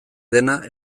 dena